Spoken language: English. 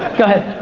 go ahead.